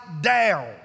down